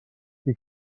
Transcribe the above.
qui